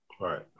right